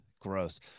Gross